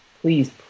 please